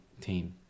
team